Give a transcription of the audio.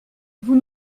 vous